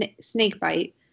Snakebite